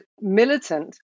militant